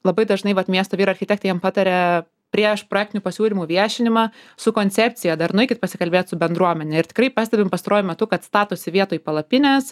labai dažnai vat miesto vyr architektai jiem pataria prieš praktinių pasiūlymų viešinimą su koncepcija dar nueikit pasikalbėt su bendruomene ir tikrai pastebim pastaruoju metu kad statosi vietoj palapines